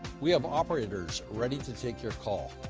we have operators ready to take your call.